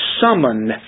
summoned